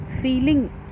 feeling